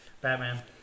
Batman